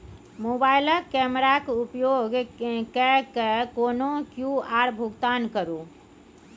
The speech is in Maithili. मोबाइलक कैमराक उपयोग कय कए कोनो क्यु.आर भुगतान करू